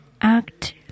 act